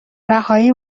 رهایی